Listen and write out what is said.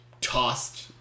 tossed